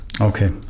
Okay